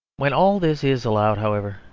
when all this is allowed, however,